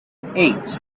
eight